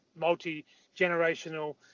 multi-generational